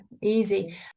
easy